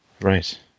Right